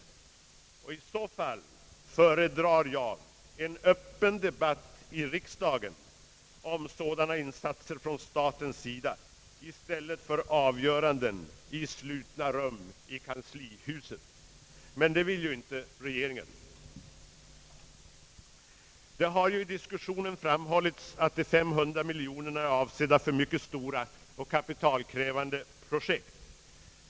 I så fall föredrar jag en öppen debatt i riksdagen om sådana insatser från statens sida i stället för avgöranden i slutna rum i kanslihuset, men det vill ju inte regeringen. Det har i diskussionen framhållits att de 500 miljonerna är avsedda för mycket stora och kapitalkrävande projekt.